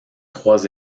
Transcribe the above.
trois